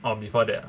well before that